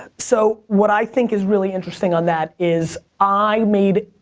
ah so what i think is really interesting on that is i made,